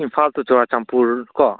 ꯏꯝꯐꯥꯜ ꯇꯨ ꯆꯨꯔꯆꯥꯟꯄꯨꯔꯀꯣ